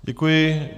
Děkuji.